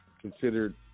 considered